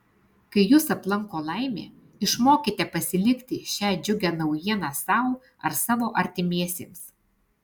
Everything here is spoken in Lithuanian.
kai jus aplanko laimė išmokite pasilikti šią džiugią naujieną sau ar savo artimiesiems